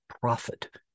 profit